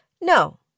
No